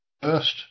First